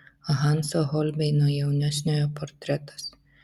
hanso holbeino jaunesniojo portretas